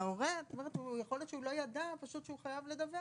וההורה יכול להיות שהוא לא ידע פשוט שהוא חייב לדווח.